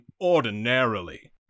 ordinarily